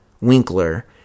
Winkler